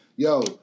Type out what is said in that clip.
Yo